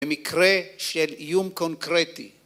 מקרה של איום קונקרטי.